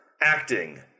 Acting